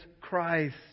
Christ